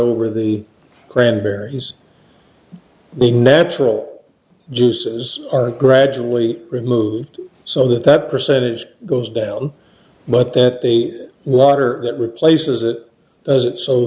over the cranberries the natural juices are gradually removed so that that percentage goes down but that the water that replaces it does it so